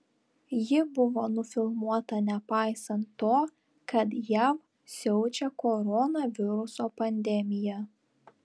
ji buvo nufilmuota nepaisant to kad jav siaučia koronaviruso pandemija